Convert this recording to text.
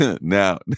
Now